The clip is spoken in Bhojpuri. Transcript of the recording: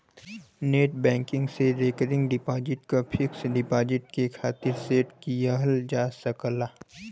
नेटबैंकिंग से रेकरिंग डिपाजिट क फिक्स्ड डिपाजिट के खातिर सेट किहल जा सकला